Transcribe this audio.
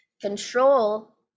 control